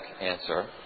answer